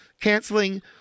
Canceling